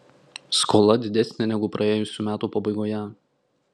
skola didesnė negu praėjusių metų pabaigoje